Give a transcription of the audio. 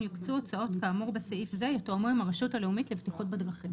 יוקצו הוצאות כאמור בסעיף זה יתואמו עם הרשות הלאומית לבטיחות בדרכים.